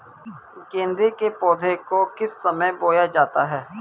गेंदे के पौधे को किस समय बोया जाता है?